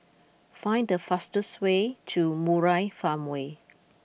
find the fastest way to Murai Farmway